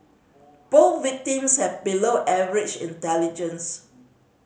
both victims have below average intelligence